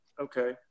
Okay